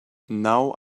now